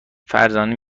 فرزانه